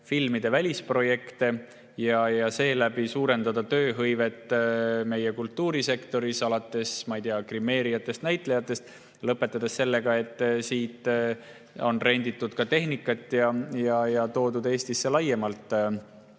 filmide välisprojekte ja seeläbi suurendada tööhõivet meie kultuurisektoris, alates grimeerijatest ja näitlejatest ning lõpetades sellega, et siit renditakse tehnikat ja tuuakse Eestisse laiemalt